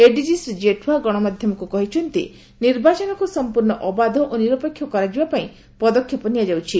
ଏଡିକି ଶ୍ରୀ ଜେଠ୍ୱା ଗଣମାଧ୍ଧମକୁ କହିଛନ୍ତି ନିର୍ବାଚନକୁ ସମ୍ମର୍ ଅବାଧ ଓ ନିରପେକ୍ଷ କରାଯିବା ପାଇଁ ପଦକ୍ଷେପ ନିଆଯାଉଛି